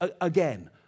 Again